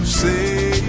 say